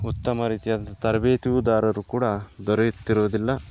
ಉತ್ತಮ ರೀತಿಯಾದಂಥ ತರಬೇತುದಾರರು ಕೂಡ ದೊರೆಯುತ್ತಿರುವುದಿಲ್ಲ